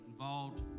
Involved